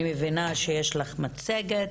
אני מבינה שיש לך מצגת.